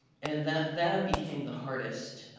and that that became the hardest